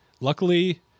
Luckily